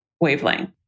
wavelength